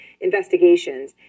investigations